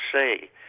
say